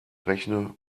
rechne